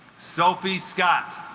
sophie scott